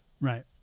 Right